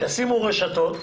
ישימו רשתות.